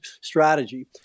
strategy